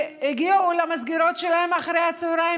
שהגיעו למסגרות שלהם אחרי הצוהריים,